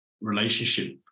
relationship